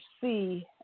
see